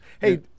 Hey